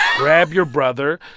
grab your brother.